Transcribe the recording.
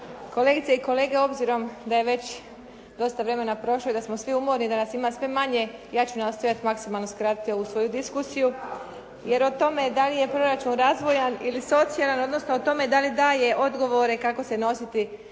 Kolegice i kolege obzirom da je dosta vremena prošlo i da smo svi umorni i da nas ima sve manje, ja ću nastojati maksimalno skratiti ovu svoju diskusiju, jer o tome dali je proračun razvojan ili socijalan, odnosno dali daje odgovore kako se nositi